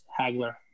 Hagler